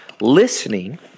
listening